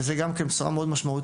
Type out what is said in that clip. וזה גם כן בשורה מאוד משמעותית.